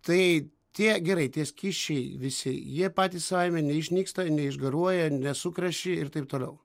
tai tie gerai tie skysčiai visi jie patys savaime neišnyksta neišgaruoja nesukreši ir taip toliau